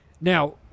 Now